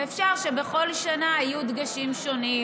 ואפשר שבכל שנה יהיו דגשים שונים,